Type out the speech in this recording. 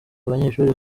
banyeshuri